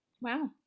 Wow